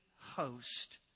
host